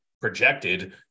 projected